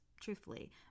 truthfully